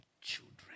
children